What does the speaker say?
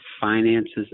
finances